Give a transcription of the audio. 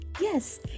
Yes